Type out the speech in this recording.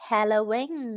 Halloween